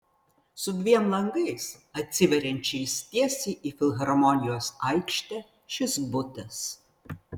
su dviem langais atsiveriančiais tiesiai į filharmonijos aikštę šis butas